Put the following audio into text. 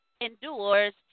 endures